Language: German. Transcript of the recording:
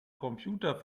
computer